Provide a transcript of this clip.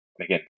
again